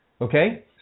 Okay